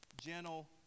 gentle